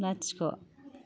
लाथिख'